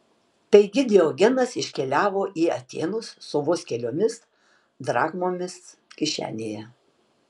taigi diogenas iškeliavo į atėnus su vos keliomis drachmomis kišenėje